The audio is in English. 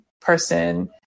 person